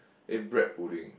eh bread pudding